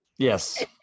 Yes